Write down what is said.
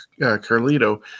Carlito